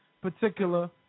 particular